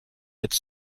its